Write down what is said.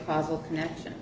possible connection